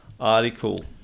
article